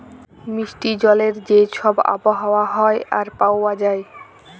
মিষ্টি জলের যে ছব আবহাওয়া হ্যয় আর পাউয়া যায়